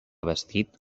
vestit